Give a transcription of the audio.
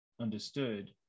understood